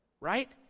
Right